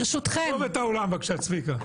עזוב את האולם, בבקשה, צביקה.